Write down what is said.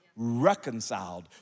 reconciled